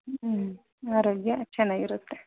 ಹ್ಮ್ ಆರೋಗ್ಯ ಚೆನ್ನಾಗಿರುತ್ತೆ